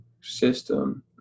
system